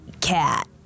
cat